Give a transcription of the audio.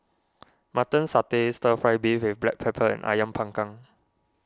Mutton Satay Stir Fry Beef with Black Pepper and Ayam Panggang